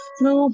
no